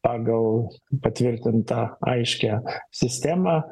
pagal patvirtintą aiškią sistemą